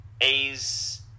A's